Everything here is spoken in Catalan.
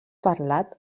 parlat